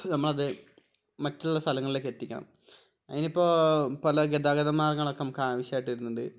നമ്മളത് മറ്റുള്ള സ്ഥലങ്ങളിലേക്ക് എത്തിക്കണം അതിനിപ്പോൾ പല ഗതാഗത മാർഗങ്ങളൊക്കെ നമുക്ക് ആവശ്യമായിട്ട് വരുന്നുണ്ട്